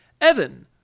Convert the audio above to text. Evan